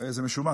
זה משומש.